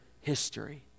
history